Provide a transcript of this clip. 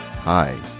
Hi